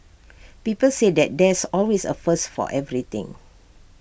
people say that there's always A first for everything